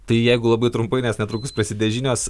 tai jeigu labai trumpai nes netrukus prasidės žinios